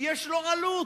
יש לו עלות.